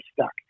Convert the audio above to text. stuck